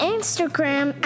Instagram